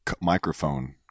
microphone